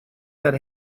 that